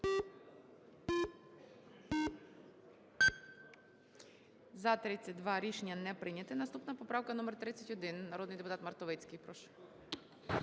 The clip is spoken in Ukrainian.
За-32 Рішення не прийнято. Наступна поправка - номер 31. Народний депутат Мартовицький, прошу.